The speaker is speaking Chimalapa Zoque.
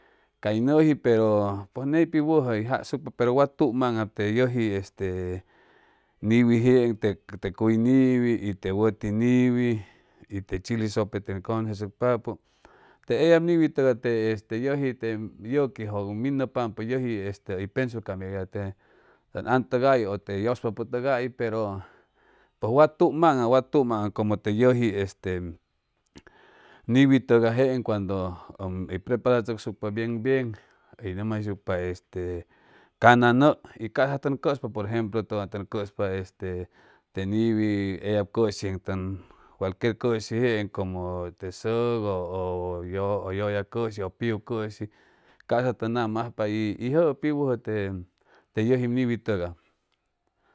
Cay nʉji pero ney pi wʉjʉ hʉy jasucpa pero wa tumaŋam te yʉji este niwi jeeŋ te te cuy niwi y te wʉti niwi y te chili sʉpe tʉn cʉnʉcechʉcpapʉ te eyab niwi tʉgay te este yʉji te yʉquijʉg minʉpampʉ teji hʉy pensucaam eya tʉn antʉgay ʉ te yʉspapʉ tʉgay pero pʉj wat tumaŋam wa tumaŋam como te yʉji este niwi tʉgay jeeŋ cuando ʉm hʉy preparachʉcsucpa bien bien hʉy nʉmjayshucpa este cana nʉʉ y ca'sa tʉn cʉspa por ejemplo tʉwan tʉn cʉspa este te niwi eyab cʉshi jeeŋ tʉn cualquier cʉshi jeeŋ como te sʉk ʉ ʉ ʉ yʉlla cʉshi ʉ piu cʉshi ca'sa tʉn nama ajpa y y jʉʉ pi wʉji te yʉjip niwi tʉgay